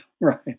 right